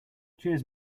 cheers